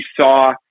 saw